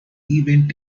event